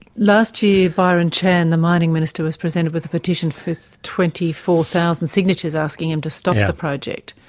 last year byron chan, the mining minster, was presented with a petition with twenty four thousand signatures asking him to stop the project.